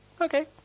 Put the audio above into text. okay